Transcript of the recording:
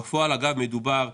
בפועל אגב מדובר,